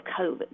COVID